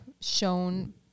shown